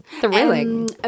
thrilling